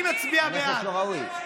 אני חושב שזה לא ראוי,